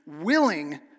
willing